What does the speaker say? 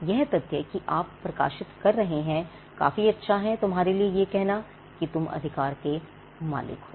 यह तथ्य कि आप प्रकाशित कर रहे हैं काफी अच्छा है तुम्हारे लिए यह कहना कि तुम अधिकार के मालिक हो